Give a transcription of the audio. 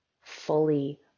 fully